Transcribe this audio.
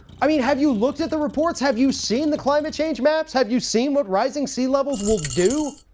i mean have you looked at the reports? have you seen the climate change maps? have you seen what rising sea levels will do?